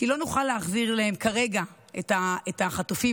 כי לא נוכל להחזיר להם כרגע את החטופים.